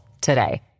today